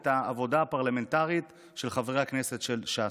את העבודה הפרלמנטרית של חברי הכנסת של ש"ס.